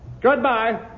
Goodbye